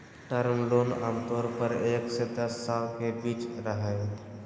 term loan आमतौर पर एक से दस साल के बीच रहय हइ